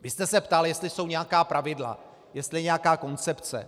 Vy jste se ptal, jestli jsou nějaká pravidla, jestli je nějaká koncepce.